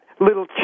little